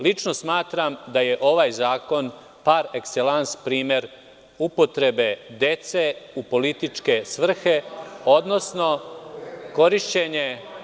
Lično smatram da je ovaj zakon par ekselans primer upotrebe dece u političke svrhe, odnosno korišćenje